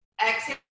Exhale